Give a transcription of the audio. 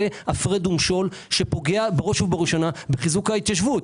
זה הפרד ומשול שפוגע בראש ובראשונה בחיזוק ההתיישבות.